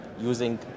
using